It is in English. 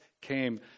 came